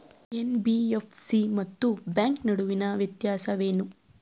NBFC ಮತ್ತು bank ನಡುವಿನ ವ್ಯತ್ಯಾಸವೇನು?